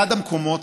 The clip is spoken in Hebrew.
אחד המקומות,